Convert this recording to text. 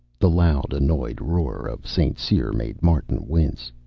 the loud, annoyed roar of st. cyr made martin wince.